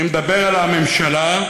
אני מדבר על הממשלה,